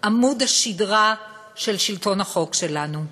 עמוד השדרה של שלטון החוק שלנו.